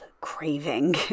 craving